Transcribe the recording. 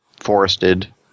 forested